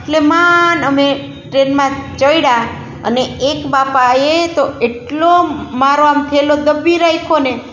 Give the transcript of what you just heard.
એટલે માંડ અમે ટ્રેનમાં ચડ્યા અને એક બાપાએ તો એટલો મારો આમ થેલો દબાવી રાખ્યો ને